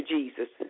Jesus